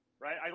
right